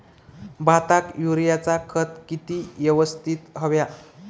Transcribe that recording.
भाताक युरियाचा खत किती यवस्तित हव्या?